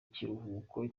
kiruhuko